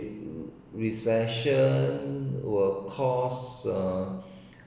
recession will cause uh